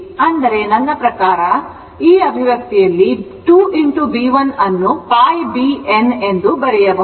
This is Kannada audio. ಅಂದರೆ ನನ್ನ ಪ್ರಕಾರ ಈ ಅಭಿವ್ಯಕ್ತಿಯಲ್ಲಿ 2 Bl ಅನ್ನು π B n ಎಂದು ಬರೆಯಬಹುದು